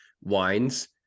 wines